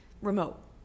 remote